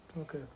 Okay